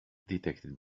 detected